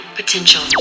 potential